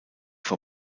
for